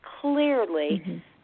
clearly